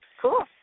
Cool